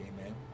amen